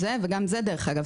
וגם זה דרך אגב,